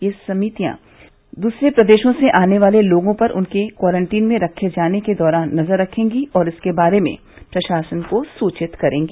ये समितियां दूसरे प्रदेशों से आने वाले लोगों पर उनके क्वारंटीन में रखे जाने के दौरान नजर रखेंगी और इसके बारे में प्रशासन को सूचित करेंगी